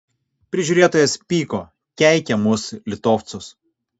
prižiūrėtojas pyko keikė mus litovcus